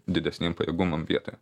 didesniem pajėgumam vietoje